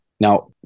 Now